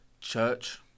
church